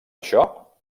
això